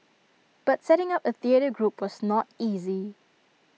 but setting up A theatre group was not easy